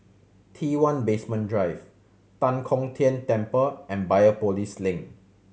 T One Basement Drive Tan Kong Tian Temple and Biopolis Link